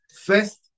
First